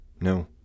No